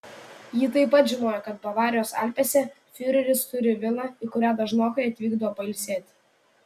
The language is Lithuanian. ji taip pat žinojo kad bavarijos alpėse fiureris turi vilą į kurią dažnokai atvykdavo pailsėti